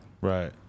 Right